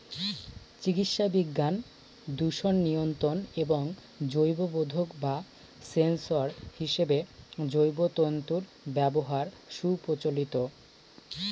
চিকিৎসাবিজ্ঞান, দূষণ নিয়ন্ত্রণ এবং জৈববোধক বা সেন্সর হিসেবে জৈব তন্তুর ব্যবহার সুপ্রচলিত